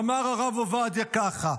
אמר הרב עובדיה ככה: